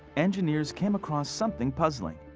engineers came across something puzzling.